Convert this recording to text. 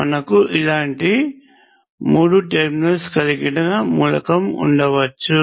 మనకు ఇలాంటి మూడు టెర్మినల్స్ కలిగిన మూలకం ఉండవచ్చు